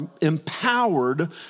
empowered